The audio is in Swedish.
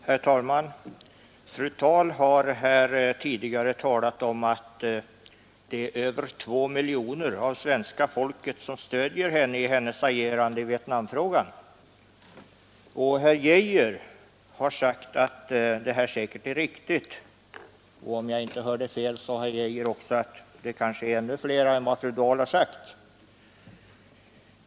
Herr talman! Fru Dahl har här tidigare talat om att det är över 2 miljoner av svenska folket som stöder henne i hennes agerande i Vietnamfrågan, och herr Arne Geijer har sagt att detta säkert är riktigt. Om jag inte hörde fel ansåg herr Geijer också att det kanske är ännu flera än vad fru Dahl har sagt.